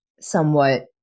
somewhat